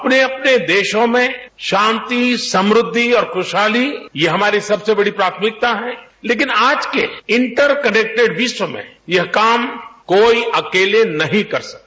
अपने अपने देशों में शांति समृद्धि और खुशहाली ये हमारी सबसे बड़ी प्राथमिकता है लेकिन आज के इंटर कनेक्टेड विश्व में यह काम कोई अकेले नहीं कर सकता